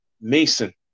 mason